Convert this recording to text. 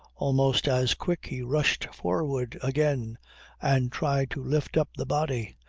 almost as quick he rushed forward again and tried to lift up the body.